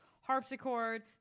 harpsichord